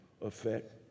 Effect